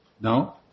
No